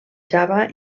java